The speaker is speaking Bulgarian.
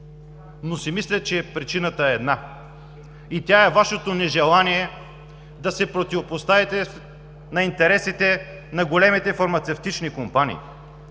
Мисля си, че причината е една и тя е Вашето нежелание да се противопоставите на интересите на големите фармацевтични компании,